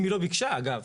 אם היא לא ביקשה, אגב.